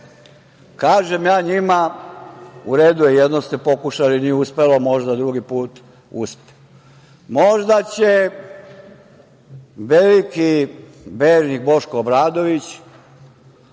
Kažem ja njima – u redu je, jednom ste pokušali nije uspelo, možda drugi put uspe. Možda će veliki vernik Boško Obradović,